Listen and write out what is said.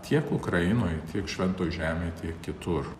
tiek ukrainoj tiek šventoj žemėj tiek kitur